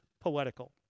poetical